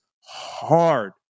hard